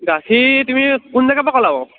গাখীৰ তুমি কোন জেগাৰপৰা ক'লা বাৰু